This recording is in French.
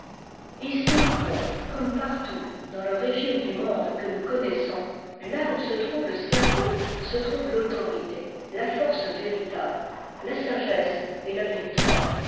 ici encore comme partout dans le régime du monde que nous connaissons là oïl se trouve le cerveau se trouve l'autorité la force véritable la sagesse et la victoire